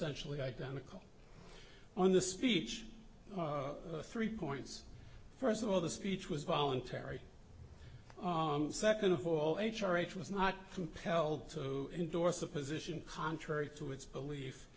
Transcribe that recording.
sensually identical on the speech three points first of all the speech was voluntary second of all h r h was not compelled to endorse a position contrary to its belie